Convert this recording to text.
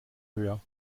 höher